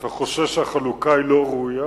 אתה חושש שהחלוקה היא לא ראויה?